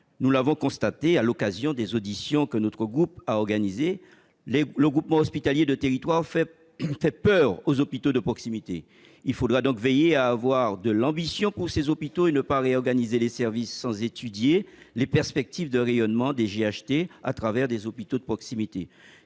nous l'avons constaté lors des auditions que notre groupe a organisées : le groupement hospitalier de territoire fait peur aux hôpitaux de proximité. Il faudra donc veiller à avoir de l'ambition pour ces hôpitaux et à ne pas réorganiser les services sans étudier les perspectives de rayonnement des GHT à travers les hôpitaux de proximité.